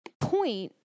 point